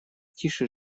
тише